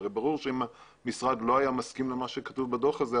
הרי ברור שאם המשרד לא היה מסכים למה שכתוב בדוח הזה,